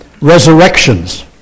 Resurrections